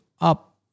up